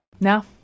Now